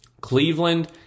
Cleveland